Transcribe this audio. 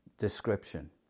description